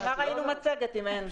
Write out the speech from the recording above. למה ראינו מצגת אם אין?